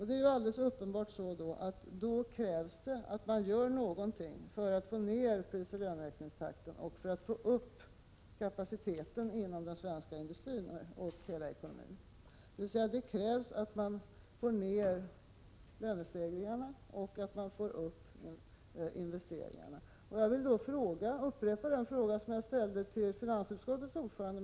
Det är alldeles uppenbart att det krävs att man gör någonting för att få ner prisoch löneökningstakten och för att få upp kapaciteten inom den svenska industrin och hela ekonomin — dvs. det krävs att man får ner lönestegringarna och att man får upp investeringarna. Jag vill då upprepa den fråga som jag ställde till finansutskottets ordförande.